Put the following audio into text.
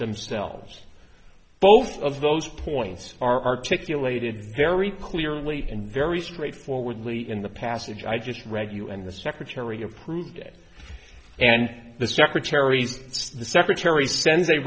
themselves both of those points are articulated very clearly and very straightforwardly in the passage i just read you and the secretary approved and the secretary the secretary